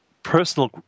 personal